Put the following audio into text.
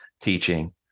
teaching